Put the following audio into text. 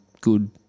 good